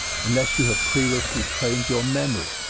unless you have previously trained your memory,